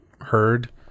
heard